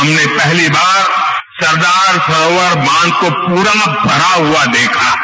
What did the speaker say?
हमने पहली बार सरदार सरोवर बांध को पूरा भरा हुआ देखा है